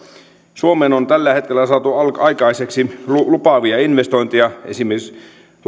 suomeen on tällä hetkellä saatu aikaiseksi lupaavia investointeja esimerkiksi